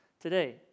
today